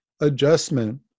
adjustment